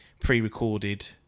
pre-recorded